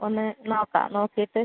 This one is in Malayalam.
ഒന്ന് നോക്കാം നോക്കിയിട്ട്